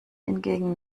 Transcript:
hingegen